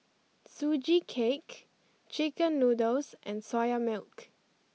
Sugee Cake Chicken Noodles and Soya Milk